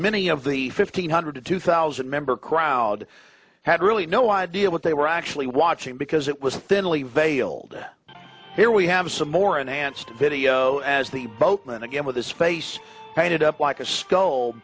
many of the fifteen hundred to two thousand member crowd had really no idea what they were actually watching because it was a thinly veiled here we have some more an answer video as the boatman again with his face painted up like a s